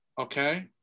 okay